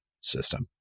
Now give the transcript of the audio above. system